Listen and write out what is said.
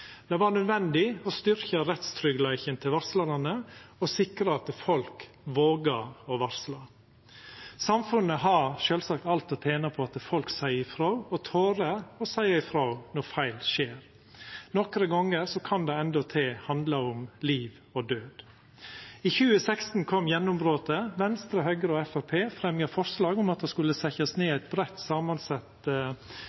Det var nødvendig å styrkja rettstryggleiken til varslarane og sikra at folk våga å varsla. Samfunnet har sjølvsagt alt å tena på at folk seier ifrå – og torer å seia ifrå – når feil skjer. Nokre gonger kan det endåtil handla om liv og død. I 2016 kom gjennombrotet. Venstre, Høgre og Framstegspartiet fremja forslag om at det skulle setjast ned